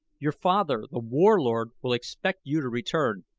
your father, the warlord, will expect you to return.